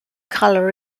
color